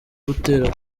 gutera